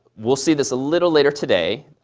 we'll see this a little later today.